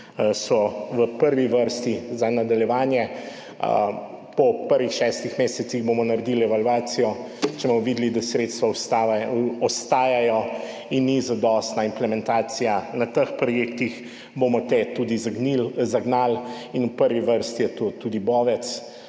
so v prvi vrsti za nadaljevanje. Po prvih šestih mesecih bomo naredili evalvacijo, če bomo videli, da sredstva ostajajo in ni zadostna implementacija na teh projektih, bomo te tudi zagnali. V prvi vrsti je to tudi Bovec.